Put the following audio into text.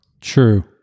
true